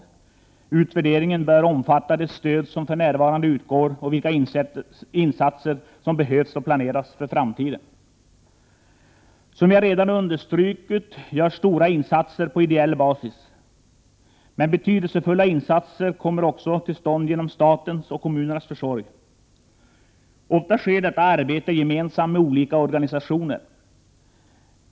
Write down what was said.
I utvärderingen bör ingå att se på det stöd som för närvarande utgår och vilka insatser som behövs och planeras för framtiden. Som jag redan understrukit görs stora insatser på ideell basis, men betydelsefulla insatser kommer också till stånd genom statens och kommunernas försorg. Ofta sker detta arbete gemensamt med olika organisationer.